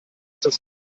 das